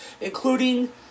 including